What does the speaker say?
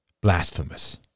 blasphemous